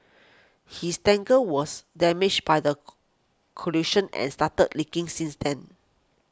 his tanker was damaged by the collision and started leaking since then